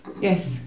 Yes